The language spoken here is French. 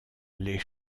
les